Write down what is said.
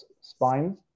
spine